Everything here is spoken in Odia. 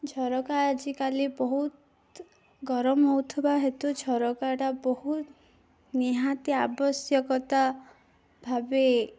ଝରକା ଆଜିକାଲି ବହୁତ ଗରମ ହଉଥିବା ହେତୁ ଝରକାଟା ବହୁତ ନିହାତି ଆବଶ୍ୟକତା ଭାବେ